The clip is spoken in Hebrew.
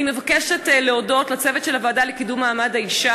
אני מבקשת להודות לצוות הוועדה לקידום מעמד האישה